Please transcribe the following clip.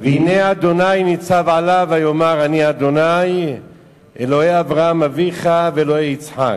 "והנה אדוני נצב עליו ויאמר אני אדוני אלהי אברהם אביך ואלהי יצחק.